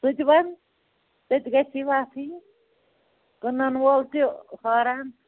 ژٕ تہِ وَن ژےٚ تہِ گژھی وَتھ یِنۍ کٕنَن وول تہِ حٲران